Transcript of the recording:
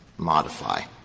modify?